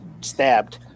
stabbed